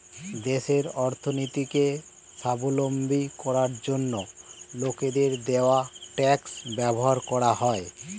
দেশের অর্থনীতিকে স্বাবলম্বী করার জন্য লোকের দেওয়া ট্যাক্স ব্যবহার করা হয়